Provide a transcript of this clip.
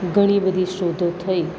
ઘણી બધી શોધો થઈ